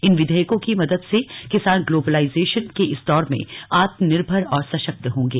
इन विधेयकों की मदद से किसान ग्लोबलाइजेशन के इस दौर में आत्मनिर्भर और सशक्त होगें